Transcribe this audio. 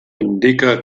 indica